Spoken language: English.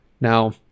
Now